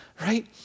right